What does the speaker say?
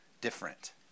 different